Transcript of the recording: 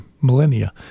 millennia